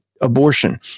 abortion